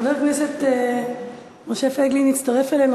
חבר הכנסת משה פייגלין הצטרף אלינו,